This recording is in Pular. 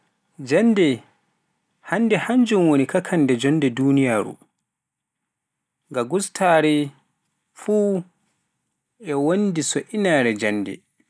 jannde hannjun woni kakkanda jonde duniyaaru, gaagustaare fuu e wonde so inaare jannde.